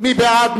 מי בעד?